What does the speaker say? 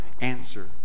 answer